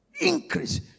increase